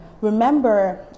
remember